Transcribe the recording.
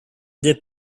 their